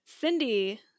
Cindy